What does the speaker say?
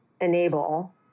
enable